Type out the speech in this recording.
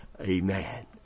Amen